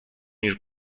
niż